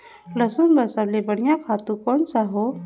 लसुन बार सबले बढ़िया खातु कोन सा हो?